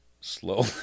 slow